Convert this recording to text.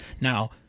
Now